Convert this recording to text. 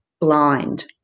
blind